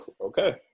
Okay